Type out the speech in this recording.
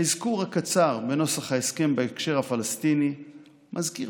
האזכור הקצר בנוסח ההסכם בהקשר הפלסטיני מזכיר